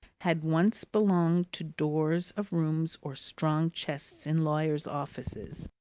had once belonged to doors of rooms or strong chests in lawyers' offices.